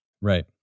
Right